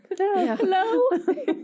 Hello